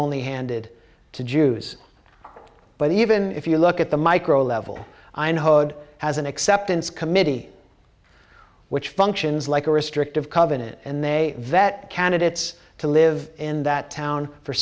only handed to jews but even if you look at the micro level as an acceptance committee which functions like a restrictive covenant and they vet candidates to live in that town for